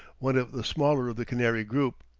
one of the smaller of the canary group,